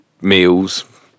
meals